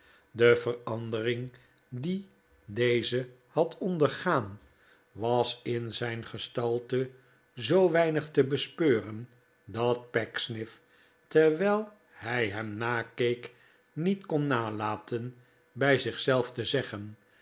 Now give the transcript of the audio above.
te komen had ondergaan was in zijngestalte zoo weinig te bespeuren dat pecksniff terwijl hij hem nakeek niet kon nalaten bij zich zelf te zeggen